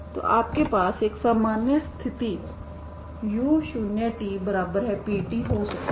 तो आपके पास एक सामान्य स्थिति u0tp हो सकती है